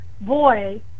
boy